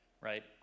right